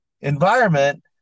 environment